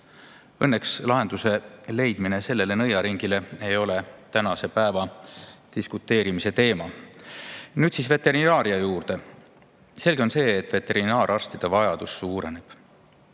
Õnneks lahenduse leidmine sellele nõiaringile ei ole tänase päeva diskuteerimisteema. Nüüd veterinaaria juurde. Selge on see, et vajadus veterinaararstide järele suureneb.